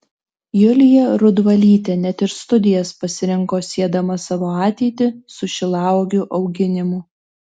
julija rudvalytė net ir studijas pasirinko siedama savo ateitį su šilauogių auginimu